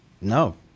no